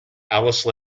alice